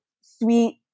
sweet